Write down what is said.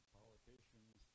politicians